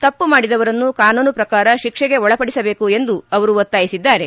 ತಪ್ಪು ಮಾಡಿದವರನ್ನು ಕಾನೂನು ಪ್ರಕಾರ ಶಿಕ್ಷೆಗೆ ಒಳಪಡಿಸಬೇಕು ಎಂದು ಅವರು ಒತ್ತಾಯಿಸಿದ್ದಾರೆ